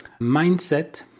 mindset